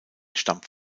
stammt